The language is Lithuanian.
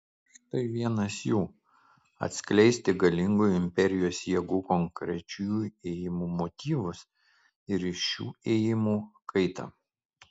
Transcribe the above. štai vienas jų atskleisti galingųjų imperijos jėgų konkrečių ėjimų motyvus ir šių ėjimų kaitą